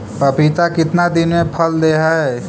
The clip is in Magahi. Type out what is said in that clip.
पपीता कितना दिन मे फल दे हय?